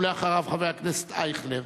ואחריו, חבר הכנסת אייכלר.